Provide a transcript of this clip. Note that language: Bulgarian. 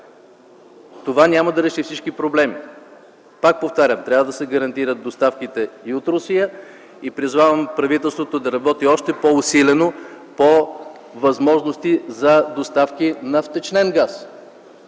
това няма да реши всички проблеми. Пак повтарям, трябва да се гарантират доставките и от Русия! Призовавам правителството да работи още по усилено по възможностите за доставка и на втечнен газ!